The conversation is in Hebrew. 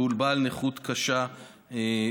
והוא בעל נכות קשה מיוחדת,